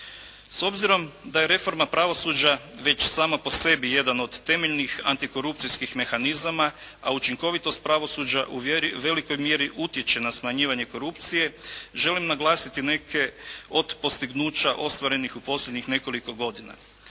S obzirom da je reforma pravosuđa već sama po sebi jedan od temeljnih antikorupcijskih mehanizama a učinkovitost pravosuđa u velikoj mjeri utječe na smanjivanje korupcije želim naglasiti neke od postignuća ostvarenih u posljednjih nekoliko godina.